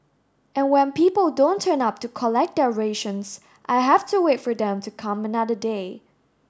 and when people don't turn up to collect their rations I have to wait for them to come another day